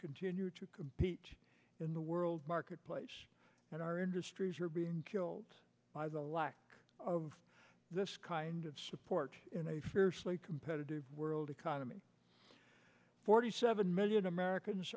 continue to compete in the world marketplace and our industries are being killed by the lack of this kind of support in a fiercely competitive world economy forty seven million americans